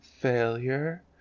failure